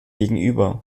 gegenüber